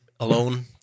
alone